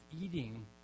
eating